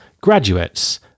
graduates